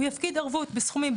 הוא יפקיד ערבות בסכומים,